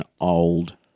old